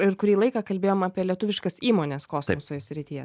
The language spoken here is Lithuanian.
ir kurį laiką kalbėjom apie lietuviškas įmones kosmoso srityje